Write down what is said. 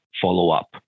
follow-up